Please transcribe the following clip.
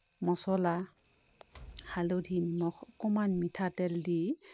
মছলা হালধি নিমখ অকণমান মিঠাতেল দি